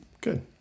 Good